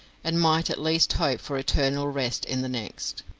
and might at least hope for eternal rest in the next.